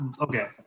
Okay